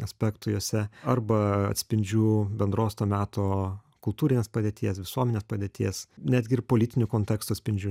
aspektų jose arba atspindžių bendros to meto kultūrinės padėties visuomenės padėties netgi ir politinių kontekstų atspindžių